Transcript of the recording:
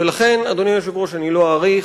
ולכן, אדוני היושב-ראש, אני לא אאריך.